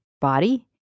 body